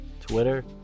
Twitter